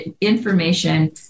information